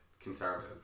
conservatives